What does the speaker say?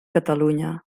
catalunya